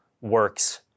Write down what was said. works